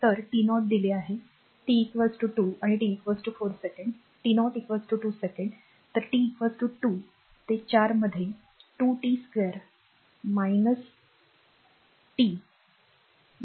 तर t0 दिले आहे t 2 आणि t 4 second t0 2 secondsतर t 2 ते 4 मध्ये 2 t 2 t dt